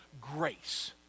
grace